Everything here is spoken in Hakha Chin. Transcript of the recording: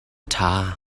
ṭha